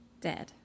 Dead